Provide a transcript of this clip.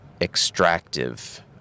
extractive